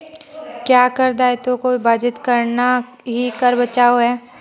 क्या कर दायित्वों को विभाजित करना ही कर बचाव है?